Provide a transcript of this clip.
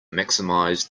maximize